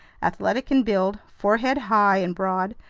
athletic in build, forehead high and broad,